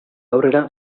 aurrera